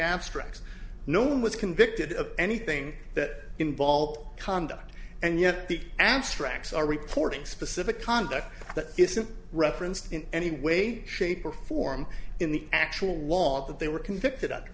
abstract no one was convicted of anything that involves conduct and yet the abstracts are reporting specific conduct that isn't referenced in any way shape or form in the actual law that they were convicted